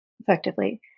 Effectively